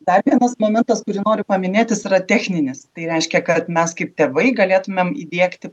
dar vienas momentas kurį noriu paminėti jis yra techninis tai reiškia kad mes kaip tėvai galėtumėm įdiegti